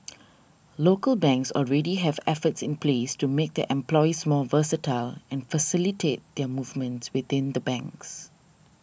local banks already have efforts in place to make their employees more versatile and facilitate their movements within the banks